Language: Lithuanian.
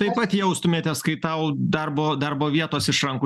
taip pat jaustumėtės kai tau darbo darbo vietos iš rankų